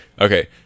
okay